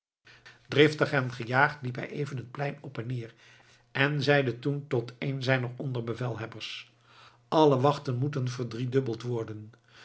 driftig en gejaagd liep hij even het plein op en neer en zeide toen tot een zijner onder bevelhebbers alle wachten moeten verdriedubbeld worden